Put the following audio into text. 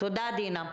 תודה, דינה.